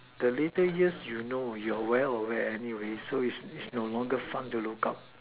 the later years you know you're well aware anyway so is it's no longer fun to look out